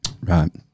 right